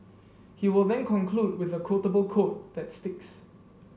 he will then conclude with a quotable quote that sticks